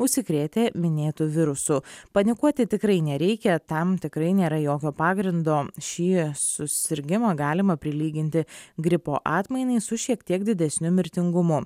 užsikrėtę minėtu virusu panikuoti tikrai nereikia tam tikrai nėra jokio pagrindo šį susirgimą galima prilyginti gripo atmainai su šiek tiek didesniu mirtingumu